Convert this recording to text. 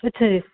ਅੱਛਾ ਜੀ